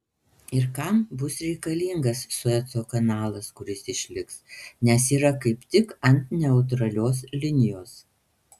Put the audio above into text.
ir kam bus reikalingas sueco kanalas kuris išliks nes yra kaip tik ant neutralios linijos